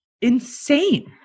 insane